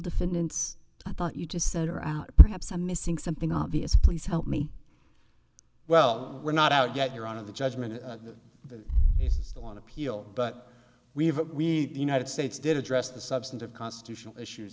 defendants i thought you just said are out perhaps i'm missing something obvious please help me well we're not out yet you're on of the judgment on appeal but we have we the united states did address the substantive constitutional issues